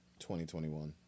2021